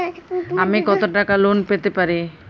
আমি কত টাকা লোন পেতে পারি?